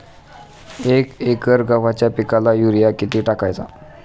एक एकर गव्हाच्या पिकाला युरिया किती टाकायचा?